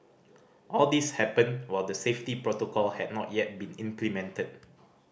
all this happened while the safety protocol had not yet been implemented